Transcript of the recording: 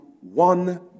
one